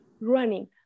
running